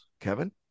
Kevin